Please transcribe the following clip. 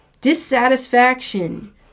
dissatisfaction